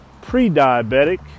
pre-diabetic